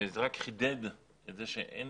זה רק חידד את זה שאין